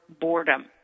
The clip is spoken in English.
boredom